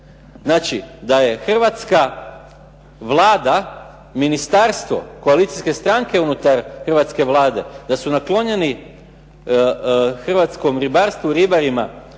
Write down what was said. Znači da je Hrvatska vlada, ministarstvo, koalicijske stranke unutar Hrvatske vlade da su naklonjeni hrvatskom ribarstvu, ribarima,